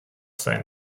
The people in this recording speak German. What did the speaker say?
sein